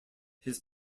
his